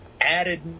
added